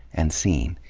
and seen.